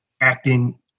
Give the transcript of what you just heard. acting